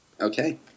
Okay